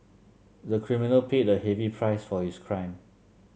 the criminal paid a heavy price for his crime